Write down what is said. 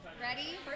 Ready